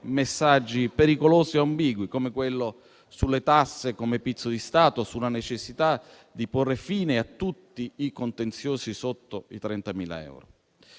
messaggi pericolosi e ambigui, come quello sulle tasse come pizzo di Stato, sulla necessità di porre fine a tutti i contenziosi sotto i 30.000 euro.